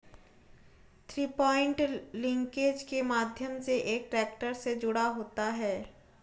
three point linkage के माध्यम से एक ट्रैक्टर से जुड़ा होता है